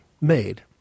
made